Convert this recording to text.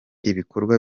ibikorwa